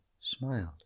smiled